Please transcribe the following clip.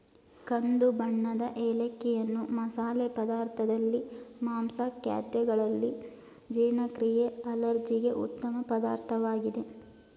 ಕಂದು ಬಣ್ಣದ ಏಲಕ್ಕಿಯನ್ನು ಮಸಾಲೆ ಪದಾರ್ಥದಲ್ಲಿ, ಮಾಂಸ ಖಾದ್ಯಗಳಲ್ಲಿ, ಜೀರ್ಣಕ್ರಿಯೆ ಅಲರ್ಜಿಗೆ ಉತ್ತಮ ಪದಾರ್ಥವಾಗಿದೆ